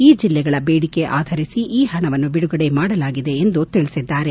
ಈ ಜಿಲ್ಲೆಗಳ ಬೇಡಿಕೆ ಆಧರಿಸಿ ಈ ಪಣವನ್ನು ಬಿಡುಗಡೆ ಮಾಡಲಾಗಿದೆ ಮಾಡಲಾಗಿದೆ ಎಂದು ತಿಳಿಬಿದ್ದಾರೆ